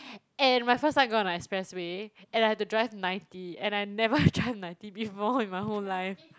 and my first time going up the expressway and I had to drive ninety and I never drive ninety before in my whole life